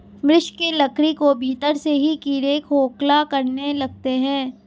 वृक्ष के लकड़ी को भीतर से ही कीड़े खोखला करने लगते हैं